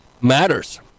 matters